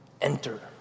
Enter